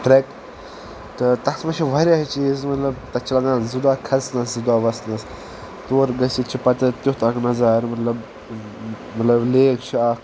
trek تہٕ تتھ منٛز چھِ واریاہ چیٖز مطلب تتھ چھ ِلگان زٕ دۄہ کھسنَس زٕ دۄہ وَسنَس تور گٔژھِتھ چھ پَتہٕ تِیُتھ اکھ نظارٕ مطلب مطلب لیک چھُ اکھ